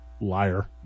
Liar